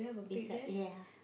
beside ya